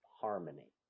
harmony